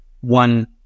one